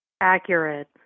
Accurate